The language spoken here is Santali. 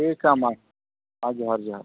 ᱴᱷᱤᱠᱟ ᱢᱟ ᱦᱮᱸ ᱡᱚᱦᱟᱨ ᱡᱚᱦᱟᱨ